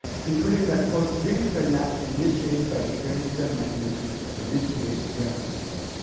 concluding that dreams are not initiated by the brain stem mechanisms that initiate rem sleep.